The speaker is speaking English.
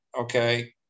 okay